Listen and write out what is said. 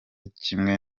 kimwe